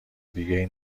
دیگهای